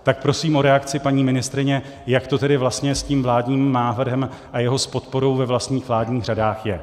Tak prosím o reakci paní ministryně, jak to tedy vlastně s tím vládním návrhem a jeho podporou ve vlastních vládních řadách je.